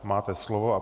Máte slovo.